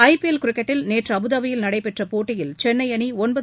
ஐ P L கிரிக்கெட்டில் நேற்று அபுதாபியில் நடைபெற்ற போட்டியில் சென்னை அணி ஒன்பது